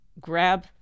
grab